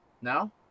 now